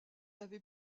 avait